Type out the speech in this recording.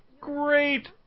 great